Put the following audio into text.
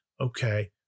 okay